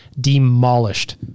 demolished